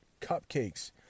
cupcakes